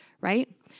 right